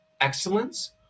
excellence